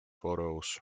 photos